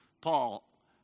Paul